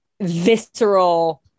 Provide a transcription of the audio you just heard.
visceral